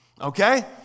Okay